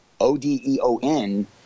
o-d-e-o-n